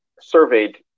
surveyed